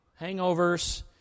hangovers